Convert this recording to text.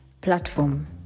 platform